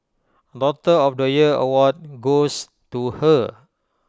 daughter of the year award goes to her